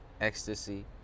ecstasy